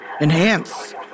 enhance